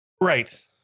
Right